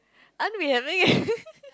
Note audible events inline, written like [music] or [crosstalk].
aren't we having a [laughs]